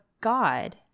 God